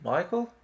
Michael